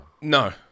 No